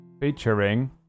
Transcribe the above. featuring